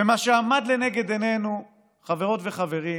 ומה שעמד לנגד עינינו, חברות וחברים,